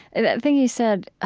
that thing you said